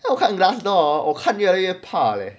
orh 我看 glassdoor hor 我看越来越怕 leh